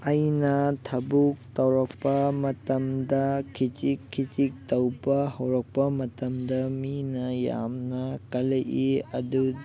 ꯑꯩꯅ ꯊꯕꯛ ꯇꯧꯔꯛꯄ ꯃꯇꯝꯗ ꯈꯤꯖꯤꯛ ꯈꯤꯖꯤꯛ ꯇꯧꯕ ꯍꯧꯔꯛꯄ ꯃꯇꯝꯗ ꯃꯤꯅ ꯌꯥꯝꯅ ꯀꯂꯛꯏ ꯑꯗꯨ